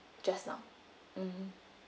just now mmhmm